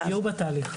הם היו בתהליך.